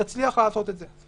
תצליח לעשות את זה.